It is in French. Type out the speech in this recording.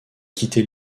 quitter